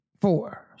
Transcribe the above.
four